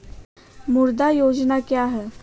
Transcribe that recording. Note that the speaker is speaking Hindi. मुद्रा योजना क्या है?